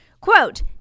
Quote